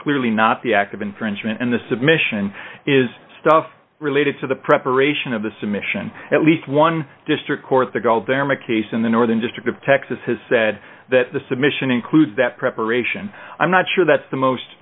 clearly not the act of infringement and the submission is stuff related to the preparation of the submission at least one district court the goal there i'm a case in the northern district of texas has said that the submission includes that preparation i'm not sure that's the most